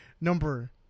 Number